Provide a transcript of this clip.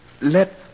Let